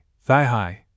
thigh-high